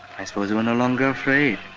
i suppose they were no longer afraid.